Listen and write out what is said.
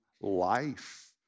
life